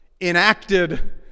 enacted